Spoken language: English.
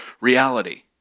reality